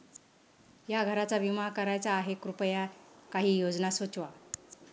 या घराचा विमा करायचा आहे कृपया काही योजना सुचवा